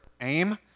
aim